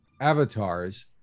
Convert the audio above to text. avatars